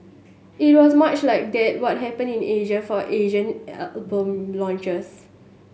it was much like that were happened in Asia for Asian album launches